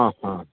ആ ഹ്